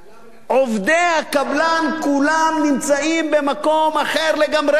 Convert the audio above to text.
עובדי הקבלן כולם נמצאים במקום אחר לגמרי.